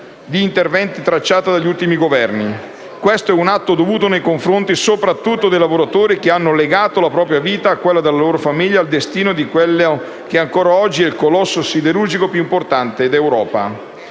degli interventi tracciata dagli ultimi Governi. Questo è un atto dovuto nei confronti soprattutto dei lavoratori che hanno legato la propria vita e quella della loro famiglia al destino di quello che ancora oggi è il colosso siderurgico più importante d'Europa.